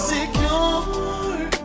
Secure